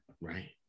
right